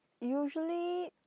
Usually